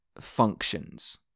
functions